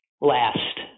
last